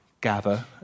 gather